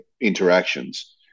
interactions